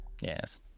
Yes